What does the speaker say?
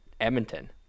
Edmonton